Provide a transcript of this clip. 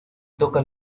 toca